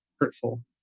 hurtful